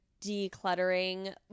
decluttering